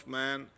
man